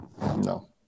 No